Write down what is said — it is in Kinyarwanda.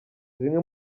zimwe